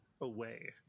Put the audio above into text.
away